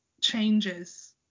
changes